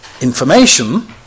information